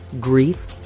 grief